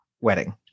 wedding